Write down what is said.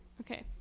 Okay